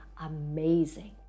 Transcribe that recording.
amazing